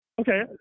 Okay